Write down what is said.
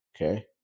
Okay